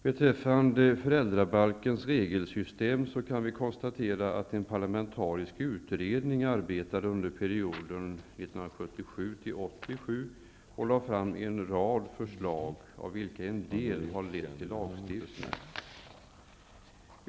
Beträffande föräldrabankens regelsystem kan vi konstatera att en parlamentarisk utredning arbetade under perioden 1977--1987. Den lade fram en rad förslag av vilka en del har lett till lagstiftning.